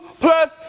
plus